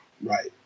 Right